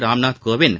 Ramnath Kovind